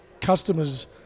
customers